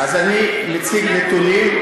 אז אני מציג נתונים,